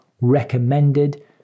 recommended